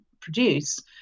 produce